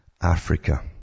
Africa